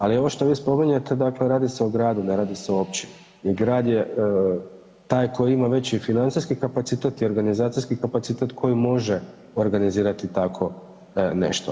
Ali ovo što vi spominjete dakle radi se o gradu, ne radi se o općini jer grad je taj koji ima veći financijski kapacitet i organizacijski kapacitet koji može organizirati tako nešto.